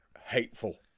Hateful